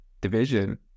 division